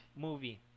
Movie